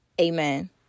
Amen